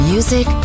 Music